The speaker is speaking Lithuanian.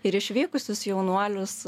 ir išvykusius jaunuolius